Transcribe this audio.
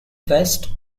west